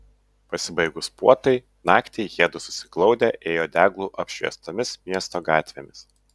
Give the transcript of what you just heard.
pasibaigus puotai naktį jiedu susiglaudę ėjo deglų apšviestomis miesto gatvėmis